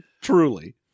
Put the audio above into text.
Truly